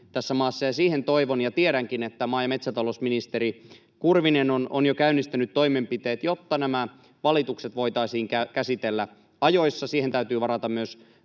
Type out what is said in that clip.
tässä maassa, ja siihen toivon ja tiedänkin, että maa- ja metsätalousministeri Kurvinen on jo käynnistänyt toimenpiteet, jotta nämä valitukset voitaisiin käsitellä ajoissa. Siihen täytyy varata myös